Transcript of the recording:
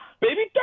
Baby